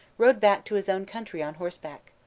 rode back to his own country on horseback.